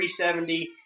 370